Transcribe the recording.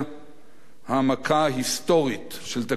העמקה היסטורית של תקציב החינוך,